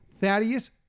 Thaddeus